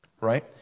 right